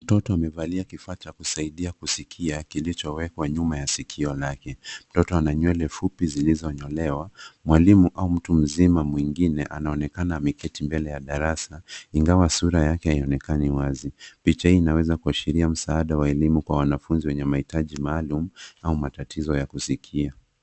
Mtoto ameivalia kifacha kusaidia kusikia kilichowekwa nyuma ya sikio lake. Mtoto ana nywele fupi zilizonyolewa. Mwalimu au mtu mzima mwingine anaonekana ameketi mbele ya darasa ingawa sura yake haionekani wazi. Picha hii inaweza kuashiria msaada wa elimu kwa wanafunzi wenye mahitaji maalum au matatizo ya kusikia.